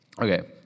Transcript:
okay